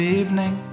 evening